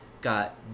got